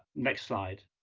next slide.